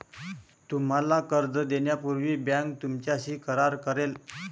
तुम्हाला कर्ज देण्यापूर्वी बँक तुमच्याशी करार करेल